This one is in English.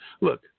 Look